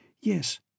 Yes